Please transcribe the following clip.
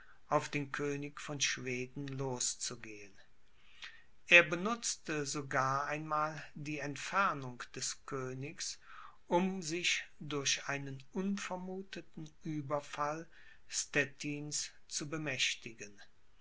auf den könig von schweden loszugehen er benutzte sogar einmal die entfernung des königs um sich durch einen unvermuteten ueberfall stettins zu bemächtigen